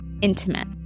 intimate